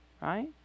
right